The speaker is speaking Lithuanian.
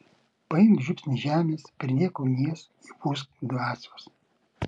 paimk žiupsnį žemės pridėk ugnies įpūsk dvasios